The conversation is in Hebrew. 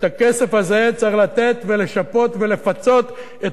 את הכסף הזה צריך לתת ולשפות ולפצות את